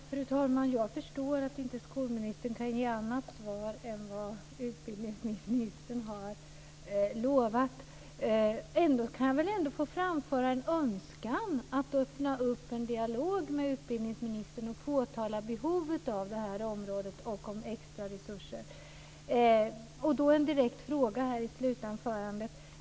Fru talman! Jag förstår att skolministern inte kan lova annat i sitt svar än vad utbildningsministern har lovat. Jag kan väl ändå få framföra en önskan om att hon öppnar en dialog med utbildningsministern och påtalar behovet av extraresurser på detta område. Jag har en direkt fråga i slutanförandet.